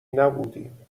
نبودیم